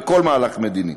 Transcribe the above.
בכל מהלך מדיני.